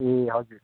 ए हजुर